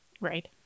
Right